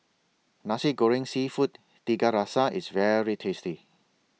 Nasi Goreng Seafood Tiga Rasa IS very tasty